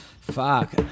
Fuck